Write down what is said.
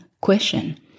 question